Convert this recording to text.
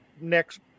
Next